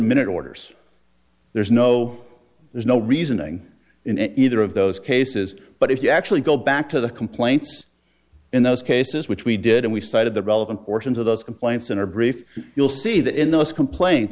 minute orders there's no there's no reasoning in either of those cases but if you actually go back to the complaints in those cases which we did and we cited the relevant portions of those complaints in our brief you'll see that in those complain